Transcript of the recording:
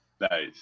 nice